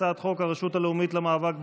הצעת חוק הרשות הלאומית למאבק בעוני,